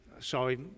Sorry